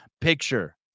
picture